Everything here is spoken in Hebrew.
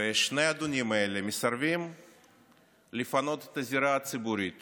ושני האדונים האלה מסרבים לפנות את הזירה הציבורית